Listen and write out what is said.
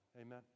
Amen